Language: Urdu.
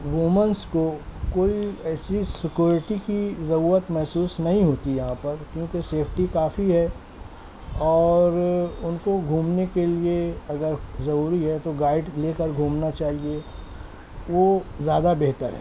وومنس کو کوئی ایسی سیکورٹی کی ضرورت محسوس نہیں ہوتی یہاں پر کیونکہ سیفٹی کافی ہے اور ان کو گھومنے کے لیے اگر ضروری ہے تو گائیڈ لے کر گھومنا چاہیے وہ زیادہ بہتر ہے